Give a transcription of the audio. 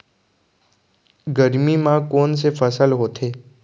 गरमी मा कोन से फसल होथे?